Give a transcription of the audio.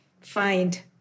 find